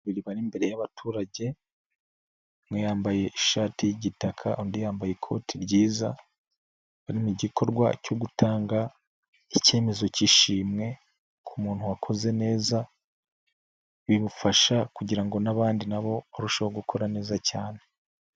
Abantu babiri bari imbere y'abaturage umwe yambaye ishati y'igitaka undi yambaye ikoti ryiza, bari mu igikorwa cyo gutanga icyemezo cy'ishimwe ku muntu wakoze neza bibafasha kugira ngo n'abandi na bo barusheho gukora neza cyane.